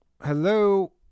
hello